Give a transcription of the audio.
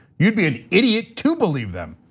you'd be an idiot to believe them.